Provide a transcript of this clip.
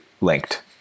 linked